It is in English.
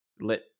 let